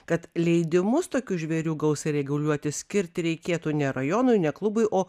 kad leidimus tokių žvėrių gausai reguliuoti skirti reikėtų ne rajonui ne klubui o